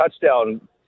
touchdown